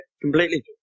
Completely